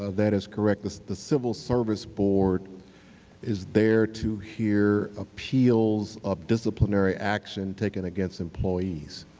ah that is correct. the so the civil service board is there to hear appeals of disciplinary action taken against employees.